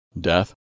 death